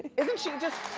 isn't she just?